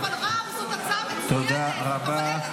רם, זאת הצעה מצוינת -- תודה רבה.